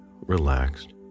relaxed